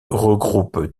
regroupe